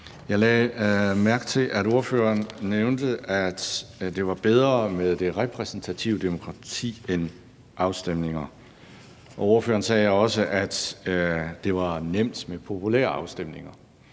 Jeg lagde mærke til, at ordføreren nævnte, at det var bedre med det repræsentative demokrati end med afstemninger. Ordføreren sagde også, at det var nemt med populære afstemninger.